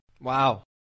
Wow